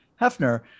Hefner